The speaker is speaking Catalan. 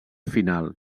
final